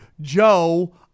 Joe